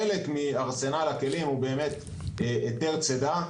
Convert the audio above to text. חלק מארסנל הכלים הוא באמת היתר צידה.